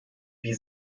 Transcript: wie